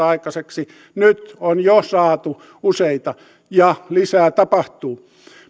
aikaiseksi nyt on jo saatu useita ja lisää tapahtuu